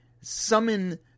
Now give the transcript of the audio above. summon